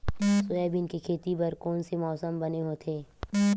Soybean के खेती बर कोन से मौसम बने होथे?